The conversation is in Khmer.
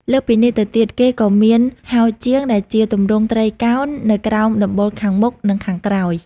លើសពីនេះទៅទៀត គេក៏មានហោជាង ដែលជាទម្រង់ត្រីកោណនៅក្រោមដំបូលខាងមុខ និងខាងក្រោយ។